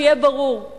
שיהיה ברור,